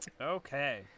Okay